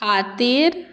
खातीर